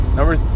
Number